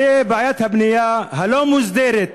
הרי בעיית הבנייה הלא-מוסדרת,